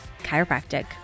Chiropractic